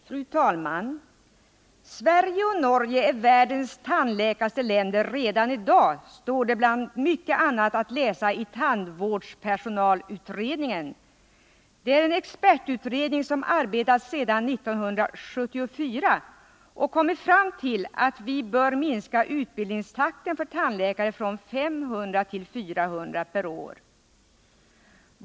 Fru talman! Sverige och Norge är världens tandläkartätaste länder redan i dag, står det bland mycket annat att läsa i tandvårdspersonalutredningens betänkande. Det är en expertutredning som arbetat sedan 1974 och som kommit fram till att vi bör minska utbildningstakten för tandläkare från 500 till 400 per år.